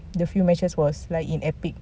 the few matches was like in epic